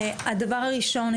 הדבר הראשון,